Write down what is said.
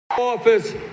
office